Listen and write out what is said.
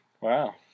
wow